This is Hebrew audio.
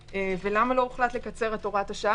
ולמה לא הוחלט לקצר את הוראת השעה,